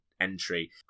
entry